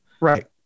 Right